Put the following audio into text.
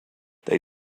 they